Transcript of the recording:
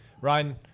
Ryan